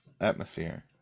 Atmosphere